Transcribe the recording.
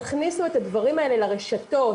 תכניסו את הדברים האלה לרשתות,